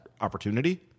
opportunity